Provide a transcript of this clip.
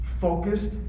focused